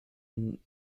been